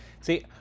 See